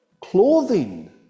clothing